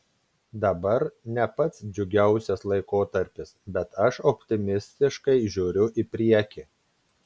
dabar ne pats džiugiausias laikotarpis bet aš optimistiškai žiūriu į priekį